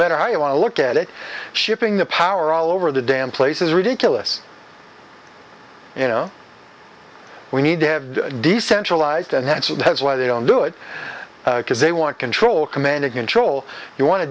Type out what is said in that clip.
matter how you want to look at it shipping the power all over the damn place is ridiculous you know we need to have decentralized and that's why they don't do it because they want to control command and control if you want